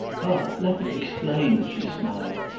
ah, let me explain, she smiled,